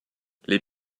les